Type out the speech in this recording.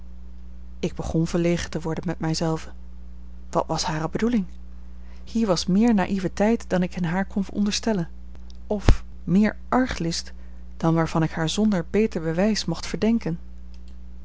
ik begon verlegen te worden met mij zelven wat was hare bedoeling hier was meer naïveteit dan ik in haar kon onderstellen of meer arglist dan waarvan ik haar zonder beter bewijs mocht verdenken